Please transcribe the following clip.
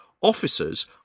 Officers